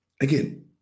Again